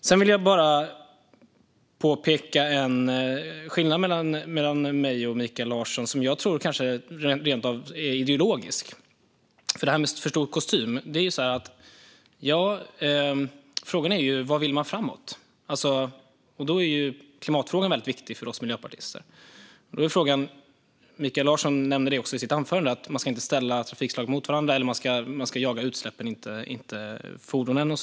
Sedan vill jag bara påpeka en skillnad mellan mig och Mikael Larsson. Jag tror att den rent av är ideologisk. Det talades om för stor kostym. Frågan är vad man vill göra framöver. För oss miljöpartister är klimatfrågan väldigt viktig. Mikael Larsson nämnde i sitt huvudanförande att man inte ska ställa trafikslag mot varandra och att man ska jaga utsläppen och inte fordonen.